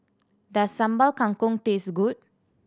does Sambal Kangkong taste good